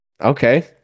Okay